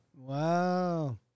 Wow